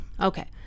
Okay